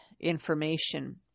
information